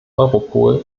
europol